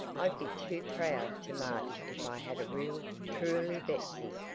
i'd be too proud to march if i had a real, truly betsy.